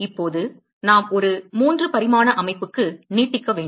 இப்போது நாம் ஒரு 3 பரிமாண அமைப்புக்கு நீட்டிக்க வேண்டும்